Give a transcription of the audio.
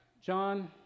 John